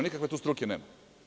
Nikakve tu struke nema.